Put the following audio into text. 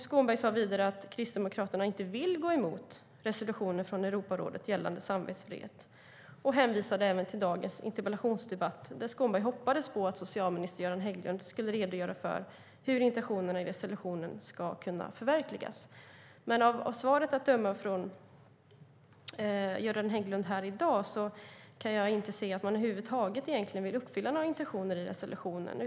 Skånberg sade vidare att Kristdemokraterna inte vill gå emot Europarådets resolution gällande samvetsfrihet, och han hänvisade även till dagens interpellationsdebatt, där han hoppades att socialministern skulle redogöra för hur intentionerna i resolutionen ska kunna förverkligas. Men att döma av svaret från Göran Hägglund här i dag verkar det som om man över huvud taget inte vill uppfylla några intentioner i resolutionen.